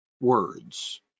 words